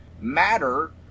matter